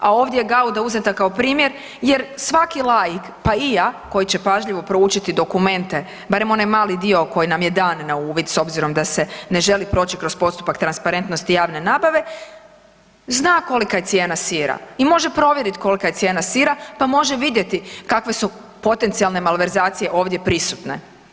A ovdje je gauda uzeta kao primjer jer svaki laik, pa i ja koji će pažljivo proučiti dokumente, barem onaj mali dio koji nam je dan na uvid s obzirom da se ne želi proći kroz postupak transparentnosti javne nabave, zna kolika je cijena sira i može provjeriti kolika je cijena sira pa može vidjeti kakve su potencijalne malverzacije ovdje prisutne.